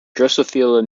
drosophila